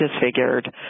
disfigured